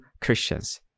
Christians